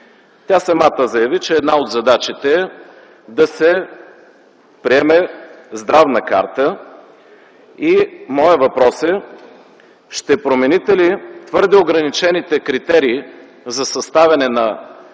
Тя самата заяви, че една от задачите е да се приеме Здравна карта. Моят въпрос е: ще промените ли твърде ограничените критерии за съставяне на